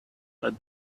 but